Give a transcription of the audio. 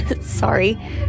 sorry